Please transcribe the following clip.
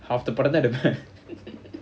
half the படம்தான்எடுப்பேன்:padam than edhuppen